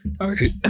Okay